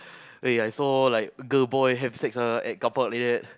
eh I saw like girl boy have sex ah at carpark leh